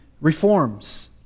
reforms